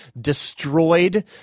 destroyed